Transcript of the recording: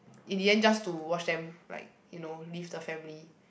in the end just to watch them like you know leave the family